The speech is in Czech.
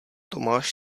tomáš